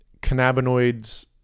cannabinoids